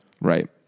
Right